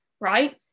right